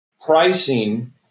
pricing